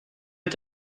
est